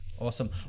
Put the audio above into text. Awesome